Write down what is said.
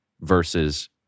versus